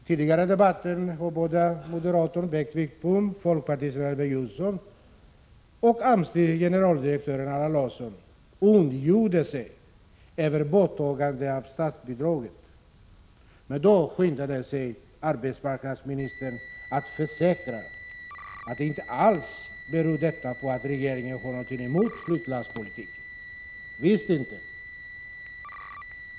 Tidigare i debatten har moderaten Bengt Wittbom och folkpartiets Elver Jonsson — liksom AMS generaldirektör Allan Larsson på sitt håll — ondgjort sig över borttagandet av startbidraget. Men då skyndade sig arbetsmarknadsministern att försäkra att det inte alls berodde på att regeringen har något emot flyttlasspolitiken, visst inte.